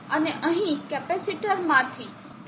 અને અહીં કેપેસિટર માંથી